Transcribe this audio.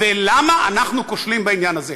ולמה אנחנו כושלים בעניין הזה?